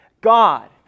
God